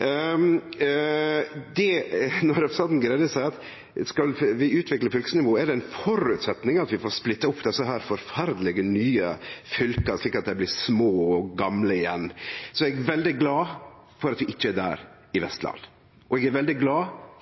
når representanten Greni seier at om vi skal utvikle fylkesnivået, er det ein føresetnad at vi får splitta opp desse forferdelege nye fylka slik at dei blir små og gamle igjen, då er eg veldig glad for at vi ikkje er der i Vestland. Eg er òg veldig glad